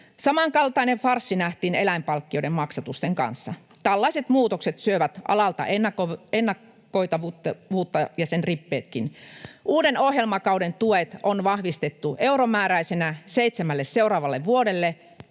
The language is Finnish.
Samankaltainen farssi nähtiin eläinpalkkioiden maksatusten kanssa. Tällaiset muutokset syövät alalta ennakoitavuutta ja sen rippeetkin. Uuden ohjelmakauden tuet on vahvistettu euromääräisenä seitsemälle seuraavalle vuodelle,